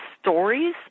stories